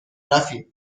رفیق